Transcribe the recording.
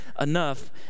enough